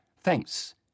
Thanks